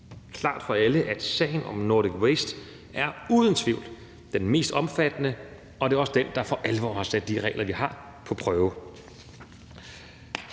klart for alle, at sagen om Nordic Waste uden tvivl er den mest omfattende, og det er også den, der for alvor har sat de regler, vi har, på prøve.